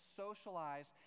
socialize